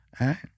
right